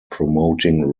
promoting